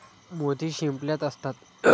मोती शिंपल्यात असतात